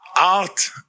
Art